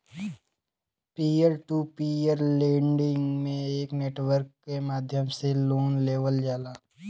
peer to peer lending में एक network के माध्यम से लोन लेवल जाला